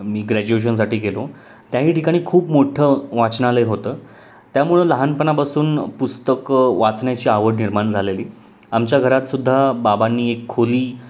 मी ग्रॅज्युएशनसाठी गेलो त्याही ठिकाणी खूप मोठं वाचनालय होतं त्यामुळं लहानपणापासून पुस्तकं वाचण्याची आवड निर्माण झालेली आमच्या घरातसुद्धा बाबांनी एक खोली